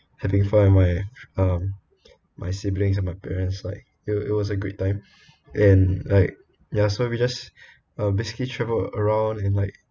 having fun with my um my siblings and my parents like it was it was a great time and like ya so we just um basically travel around in like